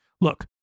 Look